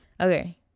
Okay